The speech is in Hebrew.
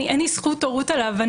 אין לי זכות הורות עליו.